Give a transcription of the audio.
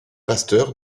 pasteur